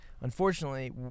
unfortunately